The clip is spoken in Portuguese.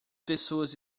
pessoas